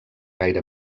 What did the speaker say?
gaire